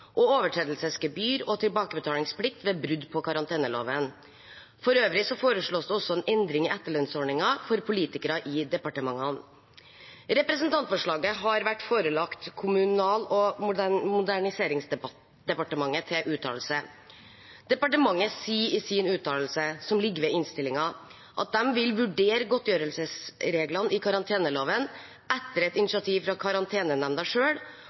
og overtredelsesgebyr og tilbakebetalingsplikt ved brudd på karanteneloven. For øvrig foreslås det en endring i etterlønnsordningen for politikere i departementene. Representantforslaget har vært forelagt Kommunal- og moderniseringsdepartementet til uttalelse. Departementet sier i sin uttalelse, som ligger ved innstillingen, at de vil vurdere godtgjørelsesreglene i karanteneloven etter et initiativ fra karantenenemnda